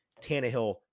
Tannehill